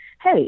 hey